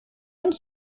und